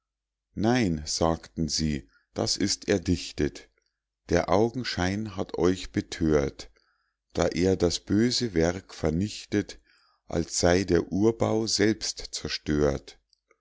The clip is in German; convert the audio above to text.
nein sagten sie das ist erdichtet der augenschein hat euch bethört da er das böse werk vernichtet als sey der uhrbau selbst zerstört